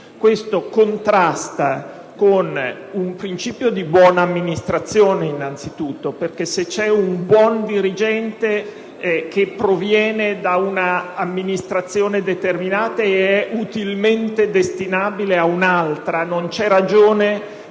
Ciò contrasta con un principio di buona amministrazione: innanzitutto, perché, se c'è un buon dirigente che proviene da una determinata amministrazione ed è utilmente destinabile ad un'altra, non c'è ragione